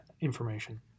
information